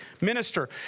minister